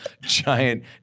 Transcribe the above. giant